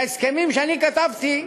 בהסכמים שאני כתבתי,